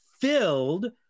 filled